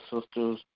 sisters